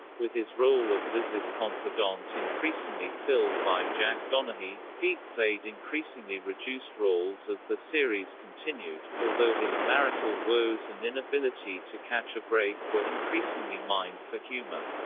with his role of liz's confidant increasingly filled by jack donaghy, pete played increasingly reduced roles as the series continued, although his marital woes and inability to catch a break were increasingly mined for humor.